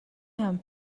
him